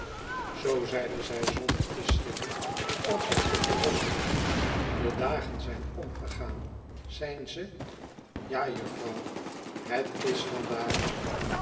zoo zeide zij zonder te schrikken of zich te verwonderen de dagen zijn omgegaan zijn ze ja jufvrouw het is vandaag